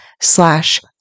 slash